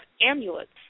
amulets